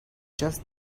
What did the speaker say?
just